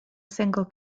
single